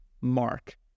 Mark